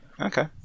okay